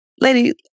lady